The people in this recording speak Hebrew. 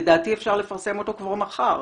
לדעתי אפשר לפרסם אותו כבר מחר.